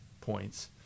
points